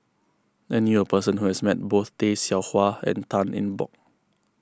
I knew a person who has met both Tay Seow Huah and Tan Eng Bock